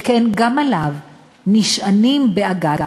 שכן גם עליו נשענים באג"ת,